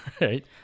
Right